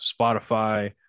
spotify